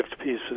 pieces